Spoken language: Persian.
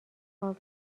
خواب